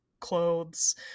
clothes